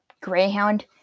Greyhound